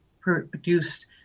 produced